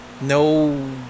No